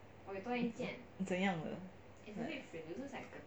怎样的 like